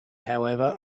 however